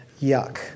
yuck